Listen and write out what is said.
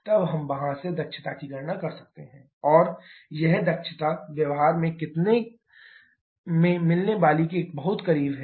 तब हम वहां से दक्षता की गणना कर सकते हैं और यह दक्षता व्यवहार में मिलने वाली के बहुत करीब है